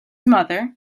mother